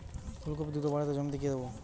ফুলকপি দ্রুত বাড়াতে জমিতে কি দেবো?